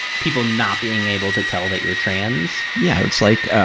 people not being able to tell that you're trans. yeah. it's like